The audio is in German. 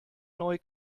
neu